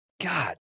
God